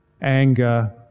anger